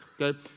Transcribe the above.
okay